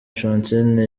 francine